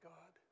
God